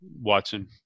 Watson